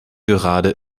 gerade